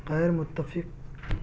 غیرمتفق